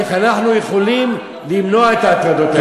איך אנחנו יכולים למנוע את ההטרדות האלה.